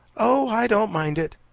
oh, i don't mind it.